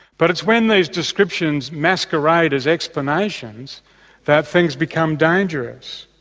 but it's when these descriptions masquerade as explanations that things become dangerous.